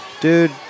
Dude